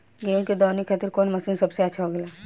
गेहु के दऊनी खातिर कौन मशीन सबसे अच्छा होखेला?